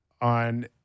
on